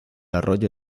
arroyo